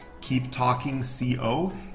keeptalkingco